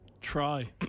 Try